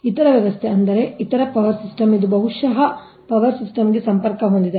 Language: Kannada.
ಇತರ ವ್ಯವಸ್ಥೆ ಅಂದರೆ ಇತರ ಪವರ್ ಸಿಸ್ಟಮ್ ಇದು ಬಹುಶಃ ಇತರ ಪವರ್ ಸಿಸ್ಟಮ್ಗೆ ಸಂಪರ್ಕ ಹೊಂದಿದೆ